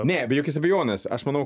ne be jokios abejonės aš manau